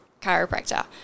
chiropractor